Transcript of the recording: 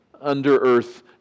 under-earth